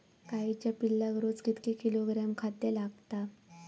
गाईच्या पिल्लाक रोज कितके किलोग्रॅम खाद्य लागता?